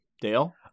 Dale